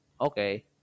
Okay